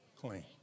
clean